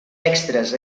extres